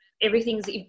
everything's